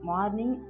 Morning